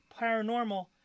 paranormal